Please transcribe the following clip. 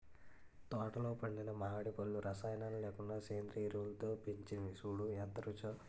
తోటలో పండిన మావిడి పళ్ళు రసాయనాలు లేకుండా సేంద్రియ ఎరువులతో పెంచినవి సూడూ ఎంత రుచో